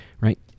right